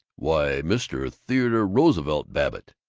why, mr. theodore roosevelt babbitt!